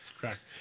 correct